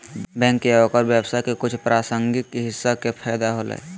bank या ओकर व्यवसाय के कुछ प्रासंगिक हिस्सा के फैदा होलय